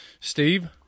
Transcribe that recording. steve